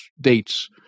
dates